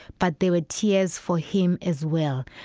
but they were tears for him as well.